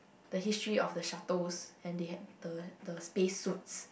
the history of the shuttles and they had the the spacesuits